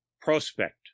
prospect